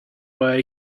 why